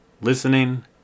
listening